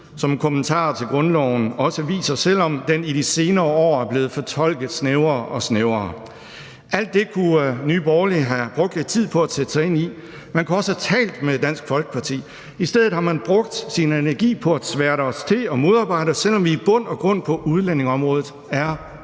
som kommentarer til grundloven også viser, selv om den i de senere år er blevet fortolket snævrere og snævrere. Alt det kunne Nye Borgerlige have brugt lidt tid på at sætte sig ind i. Man kunne også have talt med Dansk Folkeparti. I stedet har man brugt sin energi på at sværte os til og modarbejde os, selv om vi i bund og grund er ret enige på